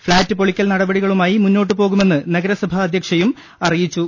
flat പൊളിക്കൽ നടപടികളുമായി മുന്നോട്ട് പോകുമെന്ന് നഗരസഭാ അധ്യക്ഷയും അറിയിച്ചു